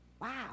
Wow